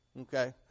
Okay